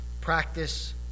Practice